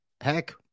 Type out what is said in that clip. Heck